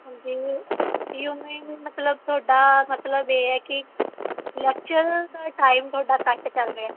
ਹਾਂਜੀ you you mean ਮਤਲਬ ਤੁਹਾਡਾ ਮਤਲਬ ਇਹ ਹੈ ਕਿ ਲੈਕਚਰ ਦਾ ਟਾਈਮ ਤੁਹਾਡਾ ਘੱਟ ਚੱਲ ਰਿਹਾ